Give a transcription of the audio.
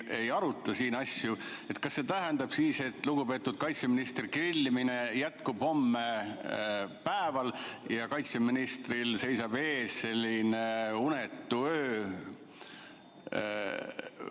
aruta siin asju, kas see tähendab siis, et lugupeetud kaitseministri grillimine jätkub homme päeval ja kaitseministril seisab ees selline unetu öö, või